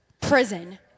prison